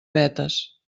vetes